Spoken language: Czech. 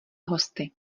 hosty